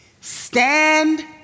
Stand